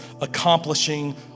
accomplishing